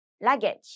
Luggage